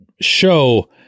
show